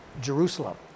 Jerusalem